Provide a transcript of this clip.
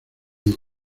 ella